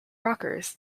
rockers